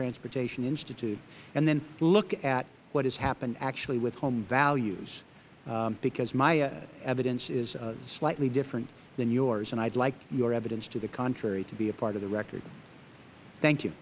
transportation institute and then look at what has happened actually with home values because my evidence is slightly different than yours i would like your evidence to the contrary to be a part of the record thank you